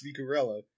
Sneakerella